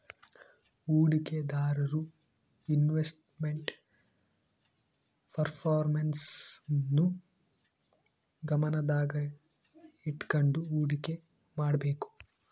ಹೂಡಿಕೆದಾರರು investment performance ನ್ನು ಗಮನದಾಗ ಇಟ್ಕಂಡು ಹುಡಿಕೆ ಮಾಡ್ಬೇಕು